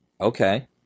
okay